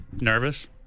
Nervous